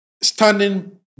standing